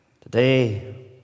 today